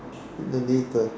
no need ah